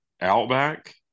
Outback